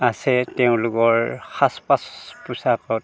আছে তেওঁলোকৰ সাজ পাছ পোছাকত